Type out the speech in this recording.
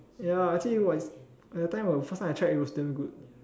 ya actually was that time first time I tried was damn good